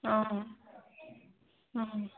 অঁ অঁ